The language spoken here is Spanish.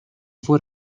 fue